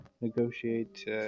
negotiate